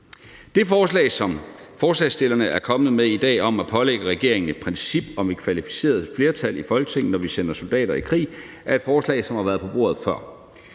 Det forslag, som forslagsstillerne er kommet med i dag om at pålægge regeringen et princip om at have et kvalificeret flertal i Folketinget, er et forslag, som har været på bordet før,